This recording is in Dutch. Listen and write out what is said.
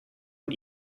een